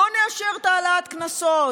לא נאשר את העלאת הקנסות,